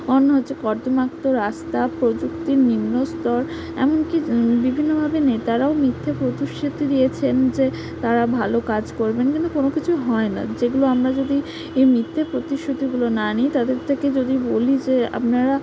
কর্দমাক্ত রাস্তা প্রযুক্তির নিম্নস্তর এমনকি বিভিন্নভাবে নেতারাও মিথ্যে প্রতিশ্রুতি দিয়েছেন যে তারা ভালো কাজ করবেন কিন্তু কোনো কিছু হয় না যেগুলো আমরা যদি এই মিথ্যে প্রতিশ্রুতিগুলো না নিই তাদের থেকে যদি বলি যে আপনারা